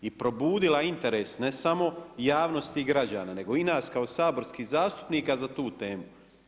I probudila interes i ne samo javnost i građana nego i nas kao saborskih zastupnika za tu temu.